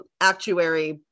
actuary